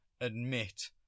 admit